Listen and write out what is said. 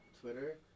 Twitter